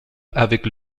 avec